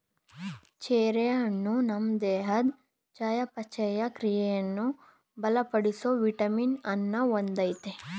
cherry ಹಣ್ಣು ನಮ್ ದೇಹದ್ ಚಯಾಪಚಯ ಕ್ರಿಯೆಯನ್ನು ಬಲಪಡಿಸೋ ವಿಟಮಿನ್ ಅನ್ನ ಹೊಂದಯ್ತೆ